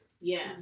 yes